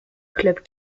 club